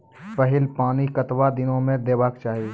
पहिल पानि कतबा दिनो म देबाक चाही?